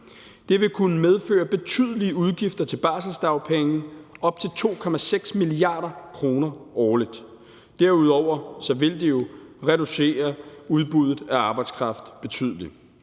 Det vil kunne medføre betydelige udgifter til barselsdagpenge – op til 2,6 mia. kr. årligt. Derudover vil det jo reducere udbuddet af arbejdskraft betydeligt.